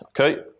Okay